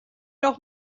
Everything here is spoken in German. noch